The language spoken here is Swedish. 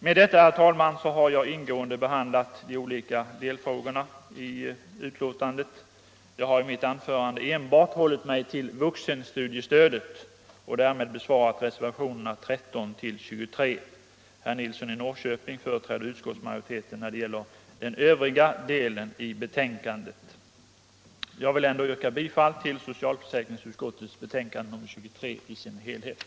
Med detta, herr talman, har jag ganska ingående behandlat de olika delfrågorna i betänkandet. Jag har i mitt anförande enbart hållit mig till vuxenstudiestödet och därmed besvarat reservationerna 13-23. Herr Nilsson i Norrköping företräder utskottsmajoriteten när det gäller den övriga delen av betänkandet. Jag vill ändå yrka bifall till socialförsäkringsutskottets hemställan i dess helhet i betänkandet nr 23.